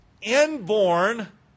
inborn